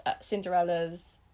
cinderella's